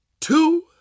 two